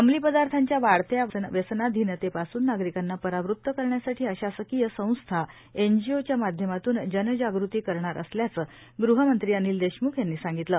अंमली पदार्थाच्या वाढत्या व्यसनाधीनतेपासून नागरिकांना परावृत करण्यासाठी अशासकीय संस्था एनजीओच्या माध्यमातून जनजागृती करणार असल्याचं गृहमंत्री अनिल देशमुख यांनी सांगितलं